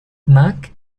mug